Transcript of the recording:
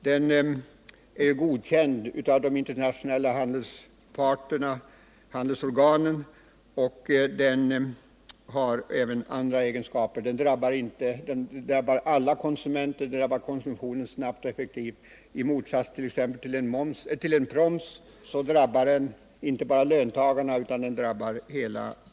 Den är godkänd av de internationella handelsorganen, och den har även andra positiva egenskaper. Den drabbar alla konsumenter och påverkar konsumtionen snabbt och effektivt. I motsats till exempelvis en proms drabbar den inte bara löntagarna utan hela konsumtionen.